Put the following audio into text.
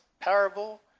parable